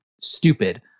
stupid